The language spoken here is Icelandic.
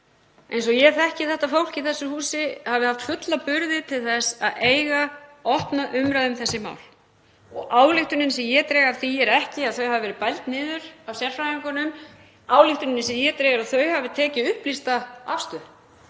eins og ég þekki þetta fólk í þessu húsi, hafi haft fulla burði til að eiga opna umræðu um þessi mál. Ályktunin sem ég dreg af því er ekki að þau hafi verið bæld niður af sérfræðingunum. Ályktunin sem ég dreg er að þau hafi tekið upplýsta afstöðu.